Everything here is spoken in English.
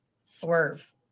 Swerve